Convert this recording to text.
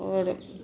आओर